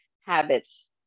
habits